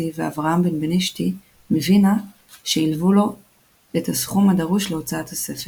ואברהם בנבנישתי מווינה שהלוו לו את הסכום הדרוש להוצאת הספר.